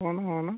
हो ना हो ना